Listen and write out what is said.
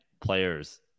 players